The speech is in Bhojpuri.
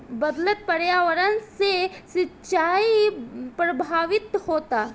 बदलत पर्यावरण से सिंचाई प्रभावित होता